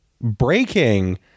breaking